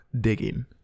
digging